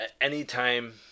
anytime